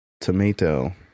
tomato